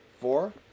Four